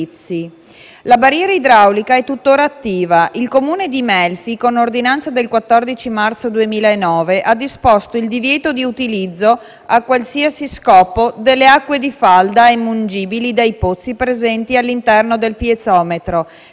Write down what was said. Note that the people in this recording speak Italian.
La barriera idraulica è tuttora attiva. Il Comune di Melfi con ordinanza del 14 marzo 2009 ha disposto il divieto di utilizzo, a qualsiasi scopo, delle acque di falda emungibili dai pozzi presenti all'interno del piezometro,